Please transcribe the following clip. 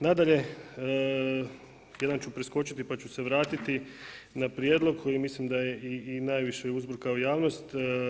Nadalje, jedan ću preskočiti pa ću se vratiti na prijedlog koji mislim da je i najviše uzbrkao javnost.